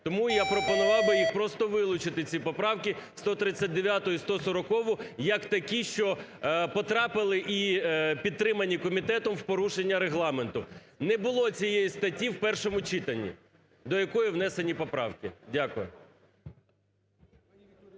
Тому я пропонував би їх просто вилучити ці поправку – 139-у і 140-у як такі, що потрапили і підтримані комітетом в порушення Регламенту. Не було цієї статті в першому читанні, до якої внесені поправки. Дякую.